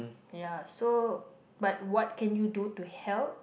ya so but what can you do to help